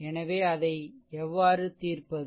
எனவே அதை எவ்வாறு தீர்ப்பது